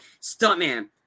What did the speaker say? stuntman